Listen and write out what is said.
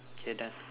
K done